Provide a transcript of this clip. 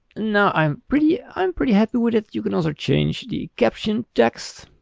now i'm pretty i'm pretty happy with it. you can also change the caption text.